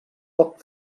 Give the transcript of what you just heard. poc